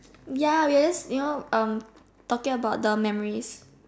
ya we are just you know um talking about the memories